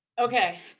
Okay